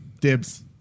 Dibs